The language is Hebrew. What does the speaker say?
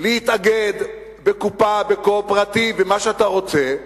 להתאגד בקופה, בקואופרטיב, במה שאתה רוצה,